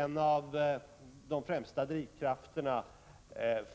En av de främsta drivkrafterna